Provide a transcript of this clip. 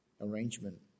arrangement